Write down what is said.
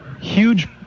huge